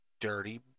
dirty